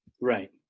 Right